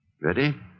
Ready